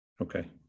Okay